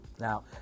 Now